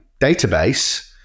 database